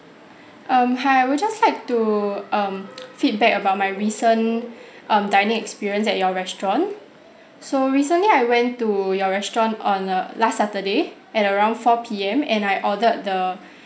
um hi I would just like to um feedback about my recent um dining experience at your restaurant so recently I went to your restaurant on uh last saturday at around four P_M and I ordered the